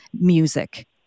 music